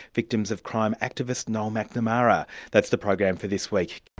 victims of crime activist, noel mcnamara. that's the program for this week